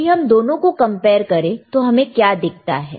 यदि हम दोनों को कंपेयर करें तो हमें क्या दिखता है